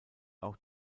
auch